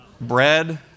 Bread